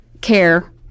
care